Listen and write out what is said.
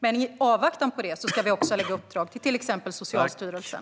Men i avvaktan på det ska vi också lägga uppdrag till exempelvis Socialstyrelsen.